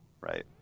right